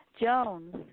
Jones